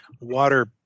Water